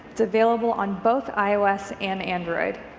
it's available on both ios and android,